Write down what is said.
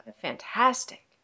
fantastic